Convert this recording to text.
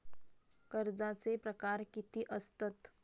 कर्जाचे प्रकार कीती असतत?